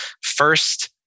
first